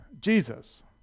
Jesus